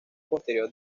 posterior